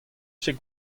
ket